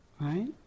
right